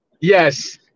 Yes